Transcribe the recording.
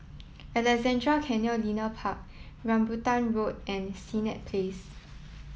Alexandra Canal Linear Park Rambutan Road and Senett Place